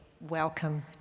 welcome